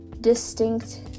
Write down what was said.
distinct